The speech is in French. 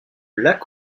lac